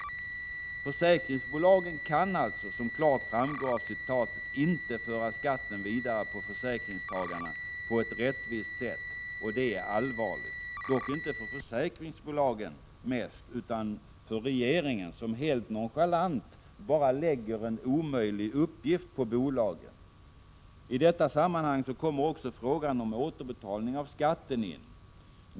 Försäkringsbolagen kan alltså, som klart framgår av citatet, inte föra skatten vidare på försäkringstagarna på ett rättvist sätt. Det är allvarligt — dock inte mest för försäkringsbolagen utan för regeringen, som helt nonchalant bara lägger en omöjlig uppgift på bolagen. I detta sammanhang kommer också frågan om återbetalning av skatten in.